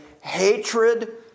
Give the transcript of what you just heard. hatred